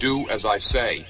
do as i say